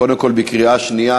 קודם כול, בקריאה שנייה.